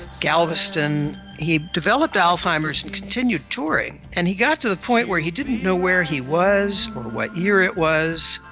galveston. he developed alzheimer's and continued touring. and he got to the point where he didn't know where he was or what year it was,